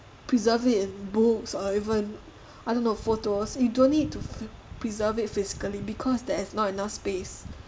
preserve it in books or even I don't know photos you don't need to preserve it physically because there's not enough space